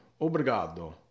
Obrigado